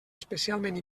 especialment